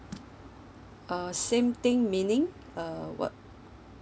uh same thing meaning uh what